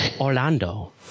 Orlando